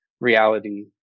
reality